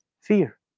fear